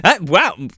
Wow